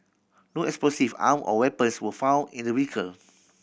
no explosive arm or weapons were found in the vehicle